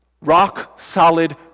Rock-solid